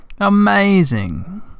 Amazing